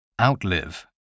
Outlive